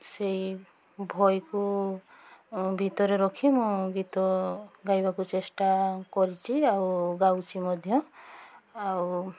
ସେଇ ଭୟକୁ ଭିତରେ ରଖି ମୁଁ ଗୀତ ଗାଇବାକୁ ଚେଷ୍ଟା କରିଛି ଆଉ ଗାଉଛି ମଧ୍ୟ ଆଉ